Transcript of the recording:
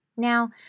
Now